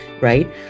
Right